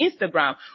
Instagram